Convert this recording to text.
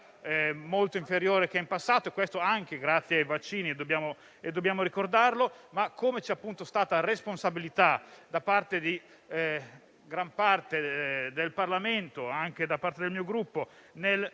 molto inferiore rispetto al passato, e questo anche grazie ai vaccini e dobbiamo ricordarlo. Come, però, c'è stata responsabilità da parte di gran parte del Parlamento, anche da parte del mio Gruppo,